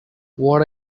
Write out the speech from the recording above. what